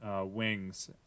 wings